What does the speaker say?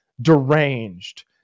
deranged